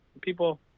people